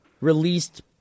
released